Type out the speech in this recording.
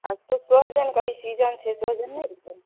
आ सोहिजन के अभी सीजन छै सोहिजन नहि लेबै